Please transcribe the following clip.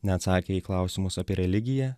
neatsakę į klausimus apie religiją